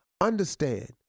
Understand